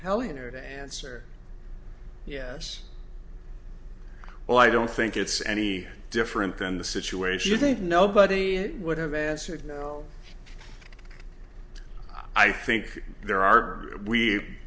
compelling her to answer yes well i don't think it's any different than the situation you think nobody would have answered no i think there are we